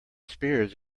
spears